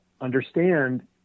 understand